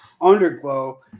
underglow